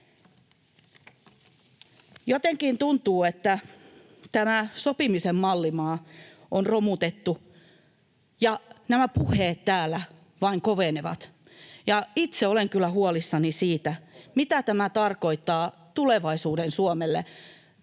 Jotenkin tuntuu, että tämä sopimisen mallimaa on romutettu ja nämä puheet täällä vain kovenevat. Itse olen kyllä huolissani siitä, mitä tämä tarkoittaa tulevaisuuden Suomelle,